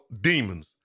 demons